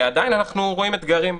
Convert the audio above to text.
ועדיין אנחנו רואים אתגרים.